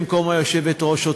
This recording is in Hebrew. במקום היושבת-ראש,